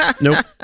nope